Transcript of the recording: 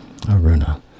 Aruna